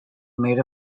made